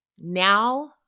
now